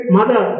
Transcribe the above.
Mother